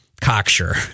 cocksure